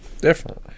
Different